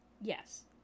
Yes